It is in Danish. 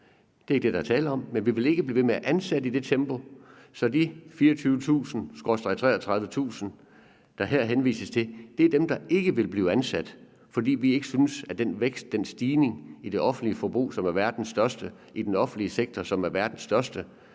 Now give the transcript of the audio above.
Det er ikke det, der er tale om, men vi vil ikke blive ved med at ansætte i det tempo, så de 24.000/33.000, der her henvises til, er dem, der ikke vil blive ansat, fordi vi ikke synes, at den vækst, den stigning i det offentlige forbrug, som er verdens største i den offentlige sektor, som er verdens største